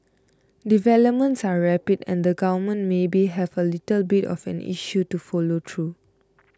developments are rapid and the governments maybe have a little bit of an issue to follow through